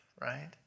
right